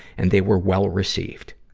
and they were well received.